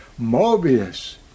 Mobius